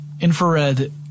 infrared